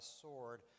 sword